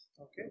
Okay